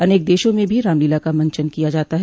अनेक देशों में भी रामलीला का मंचन किया जाता है